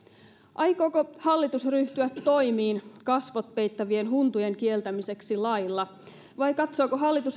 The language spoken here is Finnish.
aikooko hallitus ryhtyä toimiin kasvot peittävien huntujen kieltämiseksi lailla vai katsooko hallitus